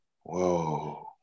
Whoa